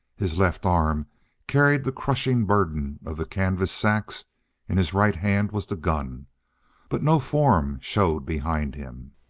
his left arm carried the crushing burden of the canvas sacks in his right hand was the gun but no form showed behind him.